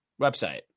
website